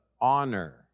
honor